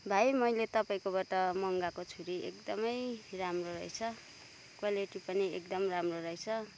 भाइ मैले तपाईँकोबाट मगाएको छुरी एकदमै राम्रो रहेछ क्वालिटी पनि एकदमै राम्रो रहेछ